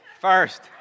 First